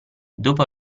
dopo